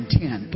ten